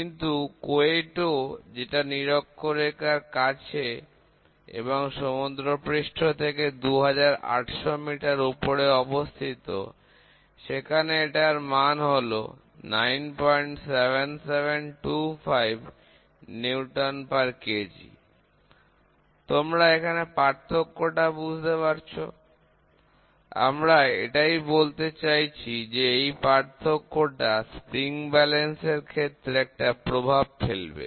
কিন্তু Quito যেটা নিরক্ষরেখার কাছে এবং সমুদ্রপৃষ্ঠ থেকে 2800 মিটার উপরে অবস্থিত সেখানে এটার মানে হল 97725 নিউটন প্রতি কেজি তোমরা এখানে পার্থক্যটা বুঝতে পারছো আমরা এটাই বলতে চাইছি যে এই পার্থক্যটা স্প্রিং ব্যালেন্স এর ক্ষেত্রে একটা প্রভাব ফেলবে